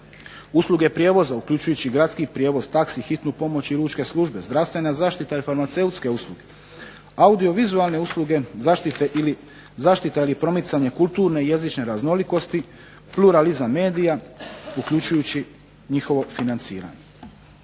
usluge prijevoza uključujući i gradski prijevoz, taxi, hitnu pomoć i lučke službe, zdravstvena zaštita i farmaceutske usluge, audio vizualne usluge, zaštita ili promicanje kulturne i jezične raznolikosti, pluralizam medija uključujući njihovo financiranje.